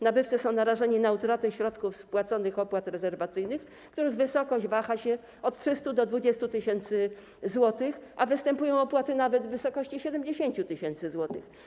Nabywcy są narażeni na utratę środków z wpłaconych opłat rezerwacyjnych, których wysokość waha się od 300 zł do 20 tys. zł, a występują opłaty nawet w wysokości 70 tys. zł.